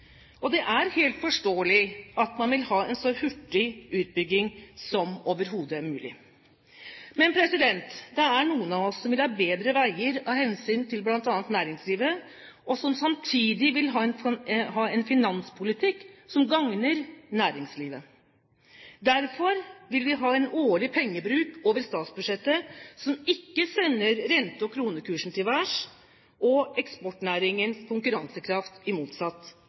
og det er helt forståelig at man vil ha en så hurtig utbygging som overhodet mulig. Men det er noen som vil ha bedre veier av hensyn til bl.a. næringslivet, og som samtidig vil ha en finanspolitikk som gagner næringslivet. Derfor vil vi ha en årlig pengebruk over statsbudsjettet som ikke sender rente- og kronekursen til værs og eksportnæringens konkurransekraft